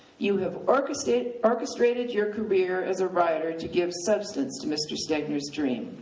you have orchestrated orchestrated your career as a writer to give substance to mr stegner's dream.